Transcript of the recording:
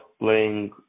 playing